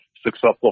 successful